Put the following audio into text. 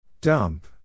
Dump